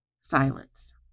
silence